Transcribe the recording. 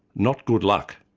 not good luck,